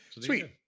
Sweet